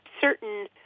certain